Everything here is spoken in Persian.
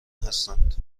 هستند